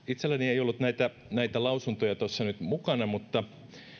itselläni ei ollut näitä näitä lausuntoja nyt mukana mutta